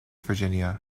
virginia